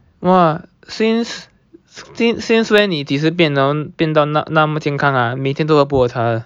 !wah! since since since when 你几时变得变道那那么健康啊每天都喝普洱茶的